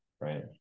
right